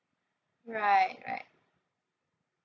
right right